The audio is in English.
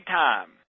time